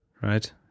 right